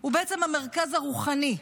הוא בעצם המרכז הרוחני,